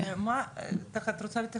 את רוצה להתייחס?